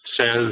says